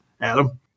Adam